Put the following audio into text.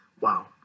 Wow